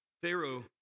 Pharaoh